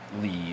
leave